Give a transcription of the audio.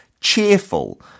Cheerful